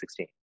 2016